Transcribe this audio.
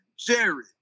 Jerry